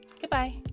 goodbye